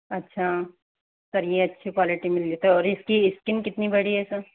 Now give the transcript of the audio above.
अच्छा सर यह अच्छी क्वालिटी मिल रही तो और उसकी स्क्रीन कितनी बड़ी है सर